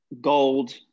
gold